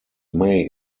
may